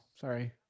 Sorry